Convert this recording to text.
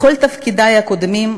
בכל תפקידי הקודמים,